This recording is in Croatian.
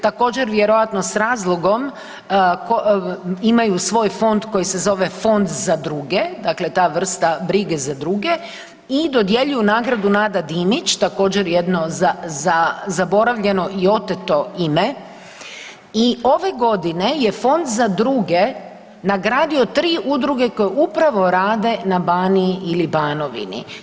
Također, vjerojatno s razlogom imaju svoj fond koji se zove Fond za druge, dakle ta vrsta brige za druge i dodjeljuju nagradu Nada Dimić, također, jedno zaboravljeno i oteto ime i ove godine je Fond za druge nagradio 3 udruge koje upravo rade na Baniji ili Banovini.